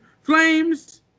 flames